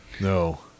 No